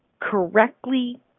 correctly